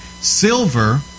Silver